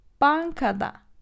Bankada